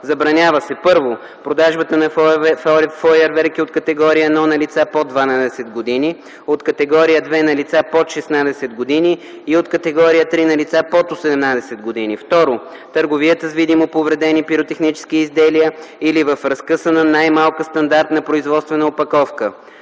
Забранява се: 1. продажбата на фойерверки от категория 1 на лица под 12 години, от категория 2 – на лица под 16 години, и от категория 3 – на лица под 18 години; 2. търговията с видимо повредени пиротехнически изделия или в разкъсана най-малка стандартна производствена опаковка;